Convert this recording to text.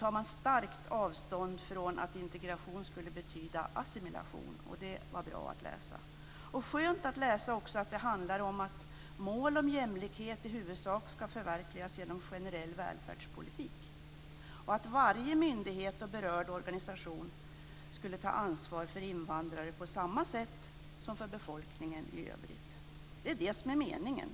tar man starkt avstånd från att integration skulle betyda assimilation. Det var bra att läsa. Det var också skönt att läsa att det handlar om att mål om jämlikhet i huvudsak ska förverkligas genom generell välfärdspolitik och att varje myndighet och berörd organisation ska ta ansvar för invandrare på samma sätt som för befolkningen i övrigt. Det är det som är meningen.